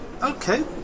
Okay